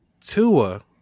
Tua